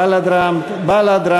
בל"ד,